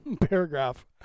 paragraph